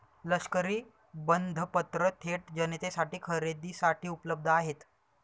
लष्करी बंधपत्र थेट जनतेसाठी खरेदीसाठी उपलब्ध आहेत